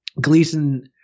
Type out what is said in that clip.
Gleason